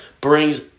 brings